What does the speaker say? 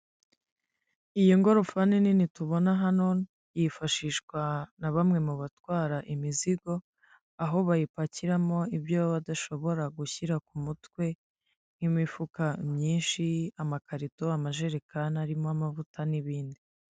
Iyi ngofani nini tubona hano yifashishwa na bamwe mu batwara imizigo, aho bayipakiramo ibyo badashobora gushyira ku mutwe nk'imifuka myinshi, amakarito, amajerekani arimo amavuta n'ibindi.